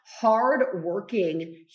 hardworking